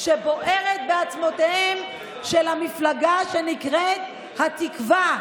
שבוערת בעצמותיה של המפלגה שנקראת התקווה.